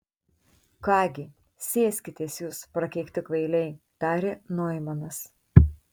ką gi sėskitės jūs prakeikti kvailiai tarė noimanas